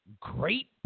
great